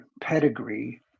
pedigree